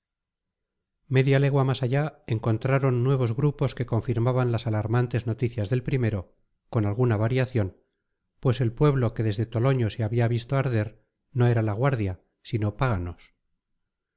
media legua más allá encontraron nuevos grupos que confirmaban las alarmantes noticias del primero con alguna variación pues el pueblo que desde toloño se había visto arder no era la guardia sino páganos